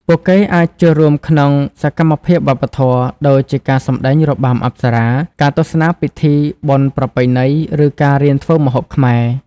ពួកគេអាចចូលរួមក្នុងសកម្មភាពវប្បធម៌ ដូចជាការសម្តែងរបាំអប្សរា ការទស្សនាពិធីបុណ្យប្រពៃណី ឬការរៀនធ្វើម្ហូបខ្មែរ។